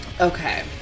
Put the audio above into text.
Okay